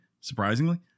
surprisingly